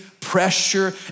pressure